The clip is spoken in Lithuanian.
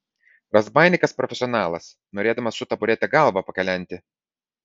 razbaininkas profesionalas norėdamas su taburete galvą pakalenti